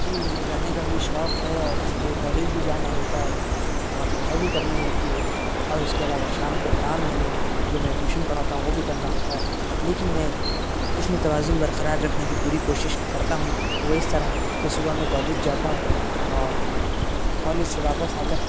جی مجھے گانے کا بھی شوق ہے اور مجھے کالج بھی جانا ہوتا ہے اور پڑھائی بھی کرنی ہوتی ہے اور اس کے علاوہ شام کو کام یعنی جو میں ٹیوشن پڑھاتا ہوں وہ بھی کرنا ہوتا ہے لیکن میں اس میں توازن برقرار رکھنے کی پوری کوشش کرتا ہوں وہ اس طرح کہ صبح میں کالج جاتا ہوں اور کالج سے واپس آ کر